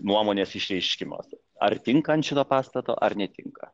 nuomonės išreiškimas ar tinka ant šito pastato ar netinka